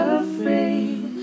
afraid